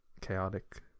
chaotic